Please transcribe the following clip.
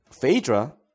Phaedra